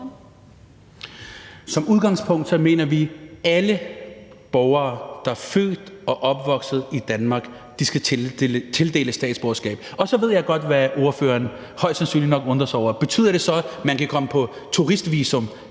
Som udgangspunkt mener vi, at alle borgere, der er født og opvokset i Danmark, skal tildeles et statsborgerskab, og så ved jeg godt, at ordføreren højst sandsynligt nok undrer sig over det: Betyder det så, at man kan komme på turistvisum